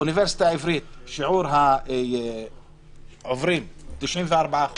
האוניברסיטה העברית שיעור העוברים, 94%,